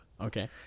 Okay